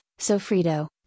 sofrito